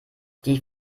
die